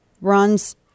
runs